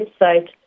website